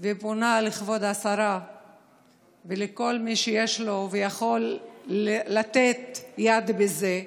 אני מבקשת ופונה לכבוד השרה ולכל מי שיש לו ויכול לתת יד בזה: